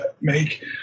make